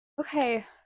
Okay